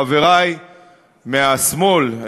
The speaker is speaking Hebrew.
חברי מהשמאל,